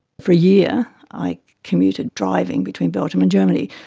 for a year i commuted, driving between belgium and germany,